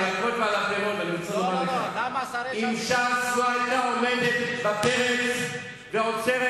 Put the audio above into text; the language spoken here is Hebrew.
אם ש"ס לא היתה עומדת בפרץ ועוצרת